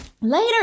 Later